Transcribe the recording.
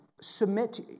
submit